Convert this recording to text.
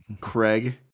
Craig